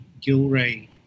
Gilray